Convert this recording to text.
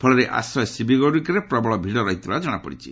ଫଳରେ ଆଶ୍ରୟ ଶିବିରଗୁଡ଼ିକରେ ପ୍ରବଳ ଭିଡ଼ ରହିଥିବାର ଜଣାପଡ଼ିଛି